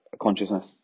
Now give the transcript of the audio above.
consciousness